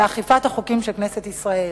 אכיפת החוקים של כנסת ישראל.